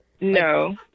No